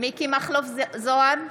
מכלוף מיקי זוהר,